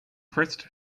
pressed